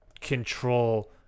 control